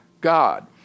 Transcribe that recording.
God